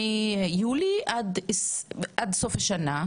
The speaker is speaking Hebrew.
יש לך פילוח של 2,724 בקשות מיולי עד סוף שנת 2021?